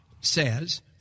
says